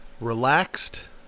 Relaxed